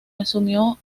asumió